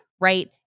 right